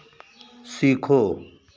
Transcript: सीखो